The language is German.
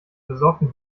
besorgten